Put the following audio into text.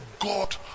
God